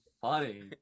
funny